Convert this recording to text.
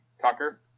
Tucker